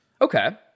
Okay